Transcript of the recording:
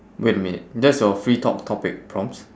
wait a minute that's your free top~ topic prompts